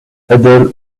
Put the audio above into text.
huddle